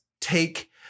take